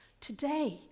today